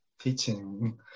teaching